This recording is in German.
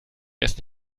erst